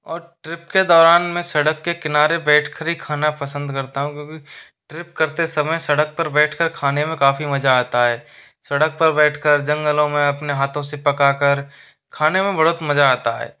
और ट्रिप के दौरान में सड़क के किनारे बैठ कर ही खाना पसंद करता हूँ क्योंकि ट्रिप करते समय सड़क पर बैठकर खाने में काफ़ी मजा आता है सड़क पर बैठकर जंगलों में अपने हाथों से पकाकर खाने में बहुत मजा आता है